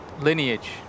lineage